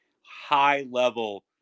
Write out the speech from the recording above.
high-level